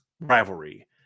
rivalry